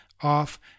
off